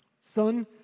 Son